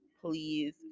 please